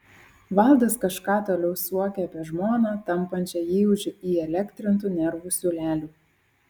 valdas kažką toliau suokė apie žmoną tampančią jį už įelektrintų nervų siūlelių